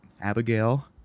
Abigail